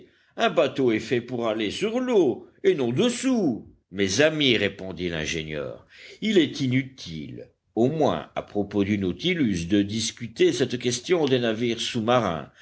un bateau est fait pour aller sur l'eau et non dessous mes amis répondit l'ingénieur il est inutile au moins à propos du nautilus de discuter cette question des navires sousmarins